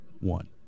one